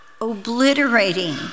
obliterating